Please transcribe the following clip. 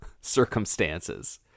circumstances